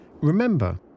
Remember